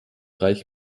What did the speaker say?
reich